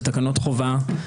זה תקנות חובה.